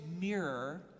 mirror